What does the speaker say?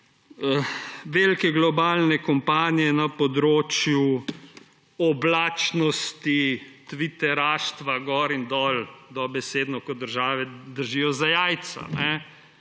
velike globalne kampanje na področju oblačnosti, tviteraštva gor in dol, dobesedno kot države držijo za jajca.